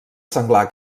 senglar